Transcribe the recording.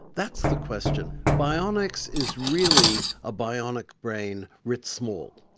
that's the question. bionics is really a bionic brain writ small.